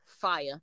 Fire